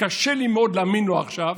קשה לי מאוד להאמין לו עכשיו,